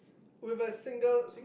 with a single